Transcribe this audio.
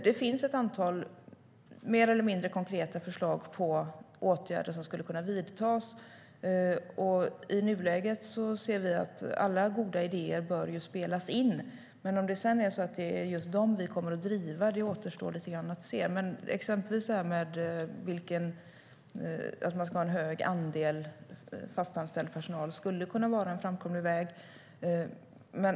Det finns ett antal mer eller mindre konkreta förslag på åtgärder som skulle kunna vidtas. I nuläget bör alla goda idéer spelas in. Men om det sedan är just dem vi kommer att driva återstår lite grann att se. Att man ska ha en hög andel fast anställd personal skulle exempelvis kunna vara en framkomlig väg.